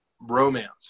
romance